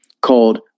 called